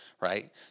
Right